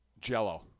jello